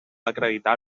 acreditar